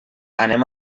anem